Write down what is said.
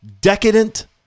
decadent